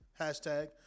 hashtag